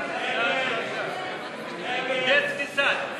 של קבוצת סיעת יש